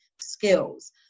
skills